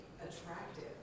attractive